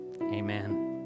amen